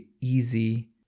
easy